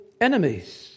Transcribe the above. enemies